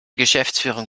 geschäftsführung